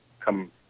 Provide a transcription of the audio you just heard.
come